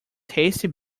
tasty